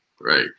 right